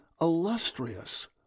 illustrious